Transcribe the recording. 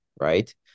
right